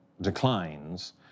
declines